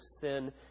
sin